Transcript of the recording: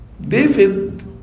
David